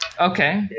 Okay